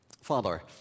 Father